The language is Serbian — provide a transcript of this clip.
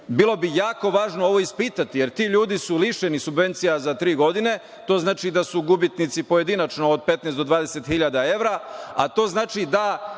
Bilo bi jako važno ovo ispitati, jer ti ljudi su lišeni subvencija za tri godine, to znači da su gubitnici pojedinačno od 15.000 do 20.000 evra, a to znači da